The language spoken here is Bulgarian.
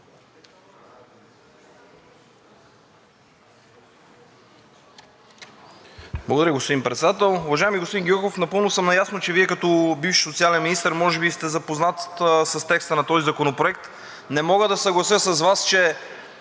Благодаря, господин Председател. Уважаеми господин Гьоков, напълно съм наясно, че Вие като бивш социален министър може би сте запознат с текста на този законопроект и не мога да се съглася с Вас, че